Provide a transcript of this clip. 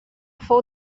fou